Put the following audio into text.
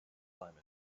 climate